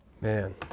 Man